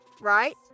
right